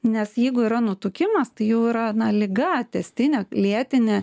nes jeigu yra nutukimas tai jau yra na liga tęstinė lėtinė